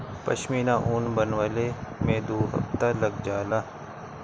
पश्मीना ऊन बनवले में दू हफ्ता लग जाला